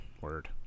word